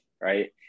right